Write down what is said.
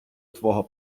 твого